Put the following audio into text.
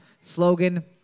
slogan